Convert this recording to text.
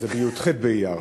אז זה בי"ח באייר.